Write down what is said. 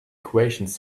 equations